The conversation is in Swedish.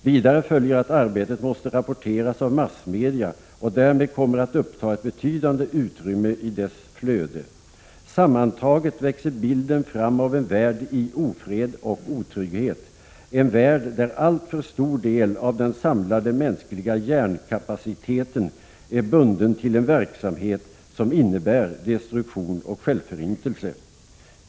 Vidare följer att arbetet måste rapporteras av massmedia och därmed kommer att uppta ett betydande utrymme i dess flöde. Sammantaget växer bilden fram av en värld i ofred och otrygghet, en värld där alltför stor del av den samlade mänskliga hjärnkapaciteten är bunden till en verksamhet som innebär destruktion och självförintelse.